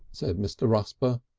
said mr. rusper.